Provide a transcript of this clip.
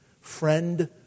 Friend